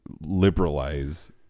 liberalize